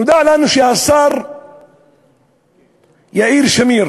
נודע לנו שהשר יאיר שמיר